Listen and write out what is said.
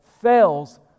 fails